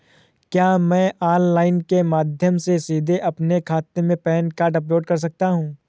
क्या मैं ऑनलाइन के माध्यम से सीधे अपने खाते में पैन कार्ड अपलोड कर सकता हूँ?